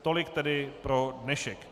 Tolik tedy pro dnešek.